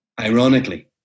Ironically